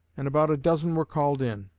and about a dozen were called in.